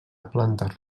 planta